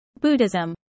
Buddhism